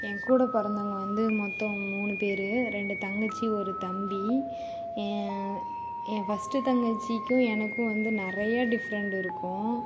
எங்கூட பிறந்தவங்க வந்து மொத்தம் மூணு பேர் ரெண்டு தங்கச்சி ஒரு தம்பி என் ஃபஸ்ட்டு தங்கச்சிக்கும் எனக்கும் வந்து நிறையா டிஃப்ரெண்ட் இருக்கும்